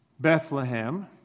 Bethlehem